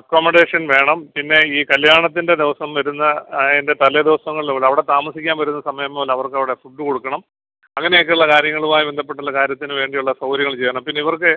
accommodation വേണം പിന്നെ ഈ കല്ല്യാണത്തിൻ്റെ ദിവസം വരുന്ന അതിൻ്റെ തലേ ദിവസങ്ങളിലുള്ള അവിടെ താമസിക്കാൻ വരുന്ന സമയം മുതൽ അവരുടെ ഫുഡ്ഡ് കൊടുക്കണം അങ്ങനെ ഒക്കെ ഉള്ള കാര്യങ്ങളുമായി ബന്ധപ്പെട്ടുള്ള കാര്യത്തിന് വേണ്ടിയുള്ള സൗകര്യങ്ങള് ചെയ്യണം പിന്നെ ഇവർക്ക്